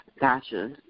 Gotcha